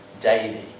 daily